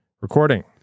recording